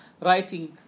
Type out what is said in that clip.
writing